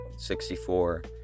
64